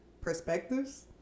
perspectives